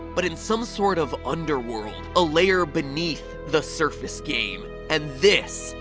but in some sort of underworld. a layer beneath the surface game. and this,